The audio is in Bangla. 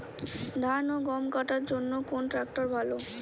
ধান ও গম কাটার জন্য কোন ট্র্যাক্টর ভালো?